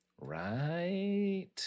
right